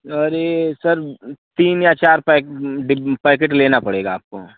अरे सर तीन या चार पैक पैकिट लेना पड़ेगा आपको